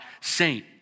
saint